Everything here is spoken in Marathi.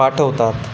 पाठवतात